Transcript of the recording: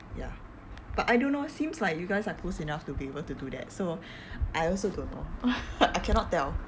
ya but I don't know seems like you guys are close enough to be able to do that so I also don't know I cannot tell